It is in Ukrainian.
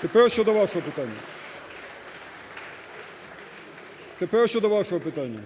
Тепер щодо вашого питання.